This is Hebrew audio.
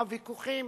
הוויכוחים,